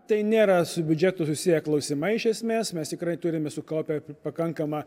tai nėra su biudžetu susiję klausimai iš esmės mes tikrai turime sukaupę pakankamą